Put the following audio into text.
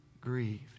grieved